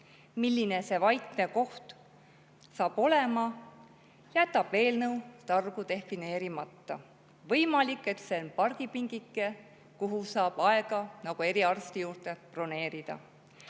Milline see vaikne koht saab olema, jätab eelnõu targu defineerimata. Võimalik, et see on pargipingike, kuhu saab aega nagu eriarsti juurde broneerida.